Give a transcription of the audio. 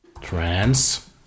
trans